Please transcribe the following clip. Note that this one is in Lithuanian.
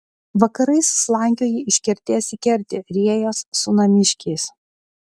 vakarais slankioji iš kertės į kertę riejies su namiškiais